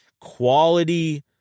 quality